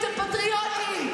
אתם פטריוטים,